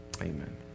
Amen